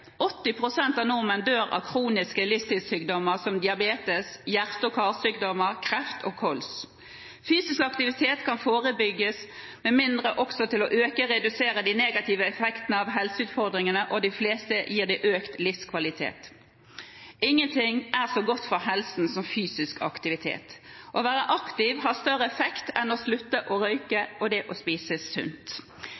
pst. av nordmenn dør av kroniske livsstilssykdommer som diabetes, hjerte- og karsykdommer, kreft og kols. Fysisk aktivitet kan forebygge og redusere de negative effektene av helseutfordringene. For de fleste gir det økt livskvalitet. Ingenting er så godt for helsen som fysisk aktivitet. Å være aktiv har større effekt enn å slutte å røyke